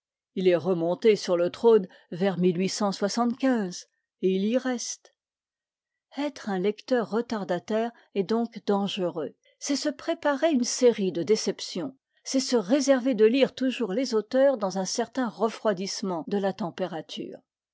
il est remonté sur le trône vers et il y reste être un lecteur retardataire est donc dangereux c'est se préparer une série de déceptions c'est se réserver de lire toujours les auteurs dans un certain refroidissement de la température